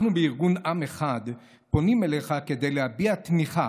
אנחנו בארגון עם אחד פונים אליך כדי להביע תמיכה